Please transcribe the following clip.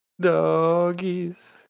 Doggies